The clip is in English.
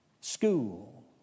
School